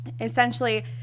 essentially